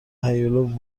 هیولا